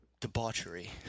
debauchery